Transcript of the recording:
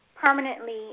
permanently